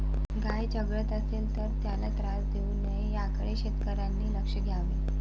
गाय चघळत असेल तर त्याला त्रास देऊ नये याकडे शेतकऱ्यांनी लक्ष द्यावे